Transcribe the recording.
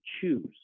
choose